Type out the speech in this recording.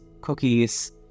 cookies